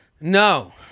No